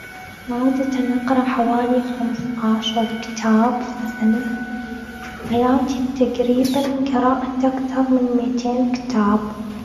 عادة نقرأ حوالي خمستاشر كتاب في السنة. وفي حياتي، تقريباً قرأت أكثر من متين كتاب.